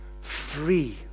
free